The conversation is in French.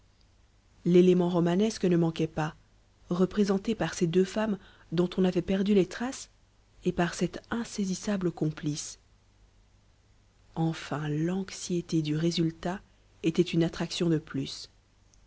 l'élément romanesque ne manquait pas représenté par ces deux femmes dont on avait perdu les traces et par cet insaisissable complice enfin l'anxiété du résultat était une attraction de plus